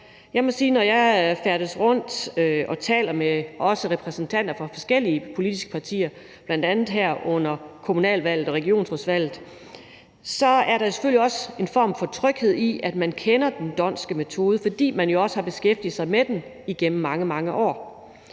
og også taler med repræsentanter for forskellige politiske partier, bl.a. her under kommunalvalget og regionsrådsvalget, så er der selvfølgelig også en form for tryghed i, at man kender den d’Hondtske metode, fordi man jo også har beskæftiget sig med den igennem mange,